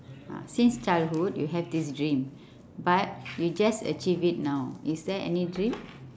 ah since childhood you have this dream but you just achieved it now is there any dream